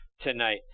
tonight